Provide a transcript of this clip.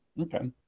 Okay